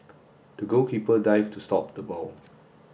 the goalkeeper dived to stop the ball